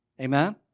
Amen